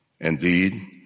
Indeed